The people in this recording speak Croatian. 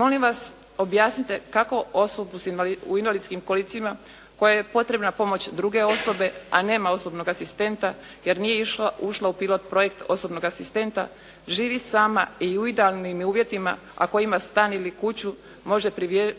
Molim vas, objasnite kako osobu u invalidskim kolicima kojoj je potrebna pomoć druge osobe, a nema osobnog asistenta, jer nije ušla u pilot projekt osobnog asistenta živi sama i u idealnim je uvjetima, a koja ima stan ili kuću može